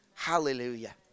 Hallelujah